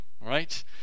right